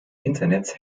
internets